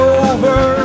over